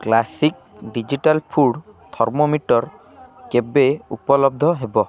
classic digital food thermometer କେବେ ଉପଲବ୍ଧ ହେବ